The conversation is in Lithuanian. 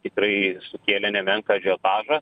tikrai sukėlė nemenką ažiotažą